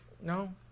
No